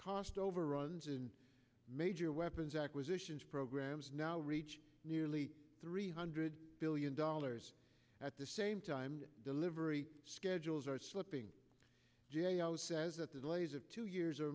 cost overruns and major weapons acquisitions programs now reach nearly three hundred billion dollars at the same time delivery schedules are slipping j i was says that the delays of two years or